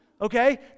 okay